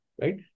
right